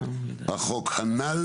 החוק הנ"ל,